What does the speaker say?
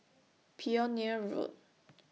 Pioneer Road